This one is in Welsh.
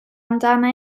amdana